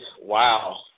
wow